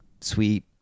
sweet